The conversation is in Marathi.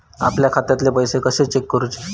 आपल्या खात्यातले पैसे कशे चेक करुचे?